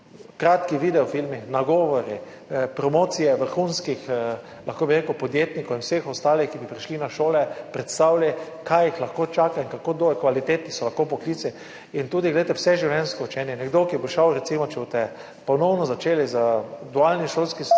Kratki video filmi, nagovori, promocije vrhunskih podjetnikov in vseh ostalih, ki bi prišli na šole, predstavili, kaj jih lahko čaka in kako dobri, kvalitetni so lahko poklici. In tudi vse življenjsko učenje. Nekdo, ki bo šel recimo, če boste ponovno začeli z dualnim šolskim sistemom